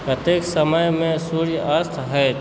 कतेक समयमे सूर्य अस्त होयत